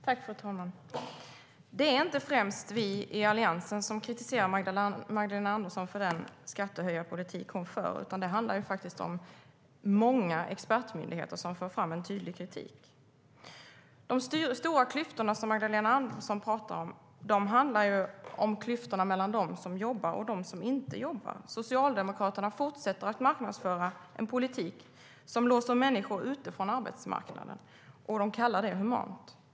Fru talman! Det är inte främst vi i Alliansen som kritiserar Magdalena Andersson för den skattehöjarpolitik hon för, utan det är många expertmyndigheter som för fram en tydlig kritik. De stora klyftor som Magdalena Andersson talar om finns ju mellan dem som jobbar och dem som inte gör det. Socialdemokraterna fortsätter att marknadsföra en politik som låser människor ute från arbetsmarknaden, och de kallar det humant.